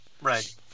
Right